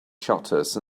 shutters